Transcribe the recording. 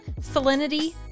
Salinity